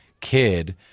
kid